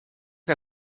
que